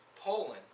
Poland